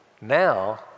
now